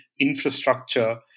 infrastructure